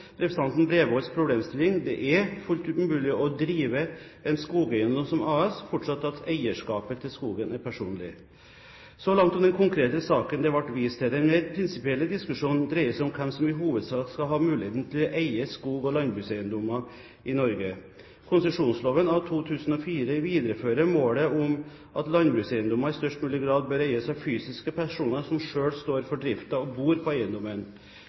representanten Bredvolds problemstilling. Det er fullt mulig å drive en skogeiendom som AS, forutsatt at eierskapet til skogen er personlig. Så langt om den konkrete saken det ble vist til. Den mer prinsipielle diskusjonen dreier seg om hvem som i hovedsak skal ha muligheten til å eie skog- og landbrukseiendommer i Norge. Konsesjonsloven av 2004 viderefører målet om at landbrukseiendommer i størst mulig grad bør eies av fysiske personer som selv står for driften og bor på eiendommen.